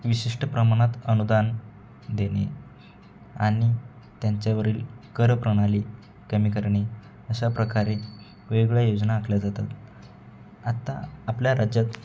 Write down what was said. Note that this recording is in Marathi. विशिष्ट प्रमाणात अनुदान देणे आणि त्यांच्यावरील कर प्रणाली कमी करणे अशा प्रकारे वेगळ्या योजना आखल्या जातात आत्ता आपल्या राज्यात